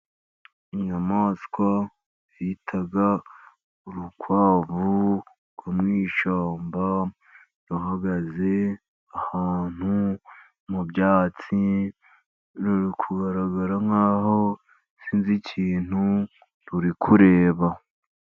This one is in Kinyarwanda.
Inyamaswa bita urukwavu rwo mu ishyamba, ruhagaze ahantu mu byatsi, ruri kugaragara nk'aho hari ikintu ruri kureba.